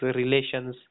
relations